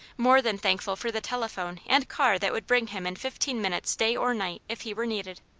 more than thankful for the telephone and car that would bring him in fifteen minutes day or night, if he were needed.